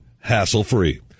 hassle-free